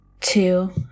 Two